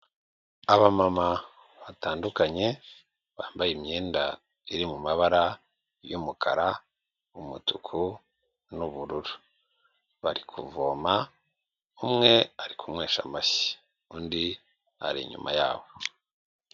Abamama batandukanye bambaye imyenda iri mu mabara y'umukara, umutuku n'ubururu. Bari kuvoma umwe ari kunkwesha amashyi, undi ari inyuma yabo.